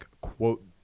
quote